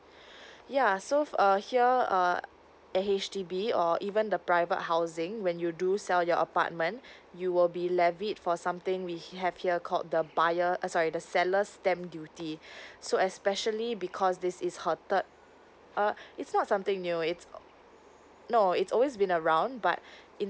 ya so here err at H D_B or even the private housing when you do sell your apartment you will be levied for something we have here called the buyer uh sorry the seller stamp duty so especially because this is her third uh it's not something new no it has always been around but in